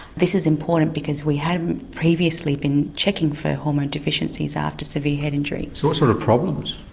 this is important because we hadn't previously been checking for hormone deficiencies after severe head injury. so what sort of problems?